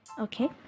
okay